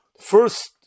First